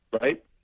right